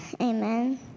amen